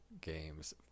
games